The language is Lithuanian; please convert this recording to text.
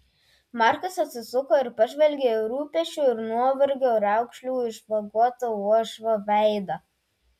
markas atsisuko ir pažvelgė į rūpesčių ir nuovargio raukšlių išvagotą uošvio veidą